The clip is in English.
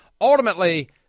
ultimately